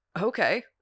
Okay